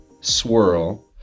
swirl